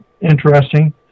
interesting